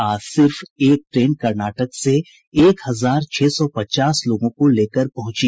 आज सिर्फ एक ट्रेन कर्नाटक से एक हजार छह सौ पचास लोगों को लेकर पहुंची